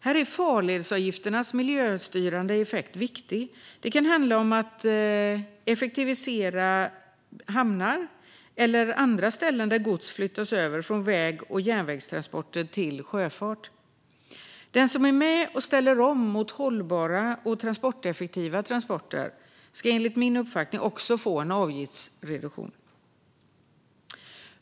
Här är farledsavgifternas miljöstyrande effekt viktig. Det kan handla om att effektivisera hamnar och andra ställen där gods flyttas över från väg och järnvägstransporter till sjöfart. Den som är med och ställer om till hållbara och transporteffektiva transporter ska enligt min uppfattning också få en avgiftsreduktion.